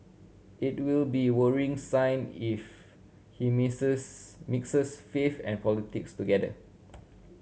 it will be worrying sign if he mixes mixes faith and politics together